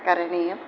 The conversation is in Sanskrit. करणीयं